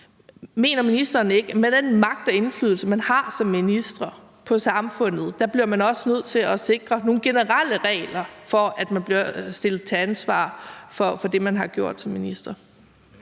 Mener ministeren ikke, at med den magt over og indflydelse på samfundet, man har som minister, bliver man også nødt til at sikre nogle generelle regler for, at man kan blive stillet til ansvar for det, man har gjort som minister?